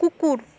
কুকুর